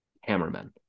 hammermen